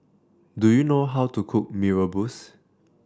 do you know how to cook Mee Rebus